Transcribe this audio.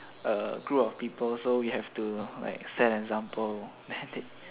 a group of people so we have to like set example